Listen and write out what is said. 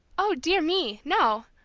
oh, dear me, no!